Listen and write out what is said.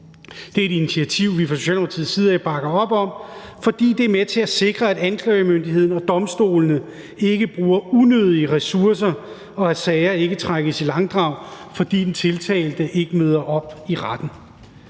Det er et initiativ, vi fra Socialdemokratiets side bakker op om, fordi det er med til at sikre, at anklagemyndigheden og domstolene ikke bruger unødige ressourcer, og at sager ikke trækkes i langdrag, fordi den tiltalte ikke møder op i retten.